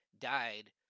died